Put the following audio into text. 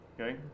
Okay